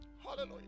Hallelujah